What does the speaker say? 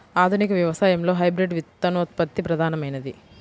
ఆధునిక వ్యవసాయంలో హైబ్రిడ్ విత్తనోత్పత్తి ప్రధానమైనది